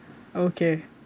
okay